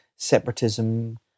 separatism